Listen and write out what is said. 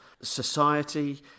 society